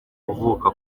uvuka